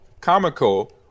comical